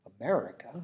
America